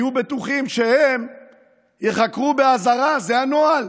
היו בטוחים שהם ייחקרו באזהרה, זה הנוהל,